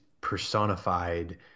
personified